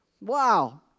Wow